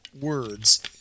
words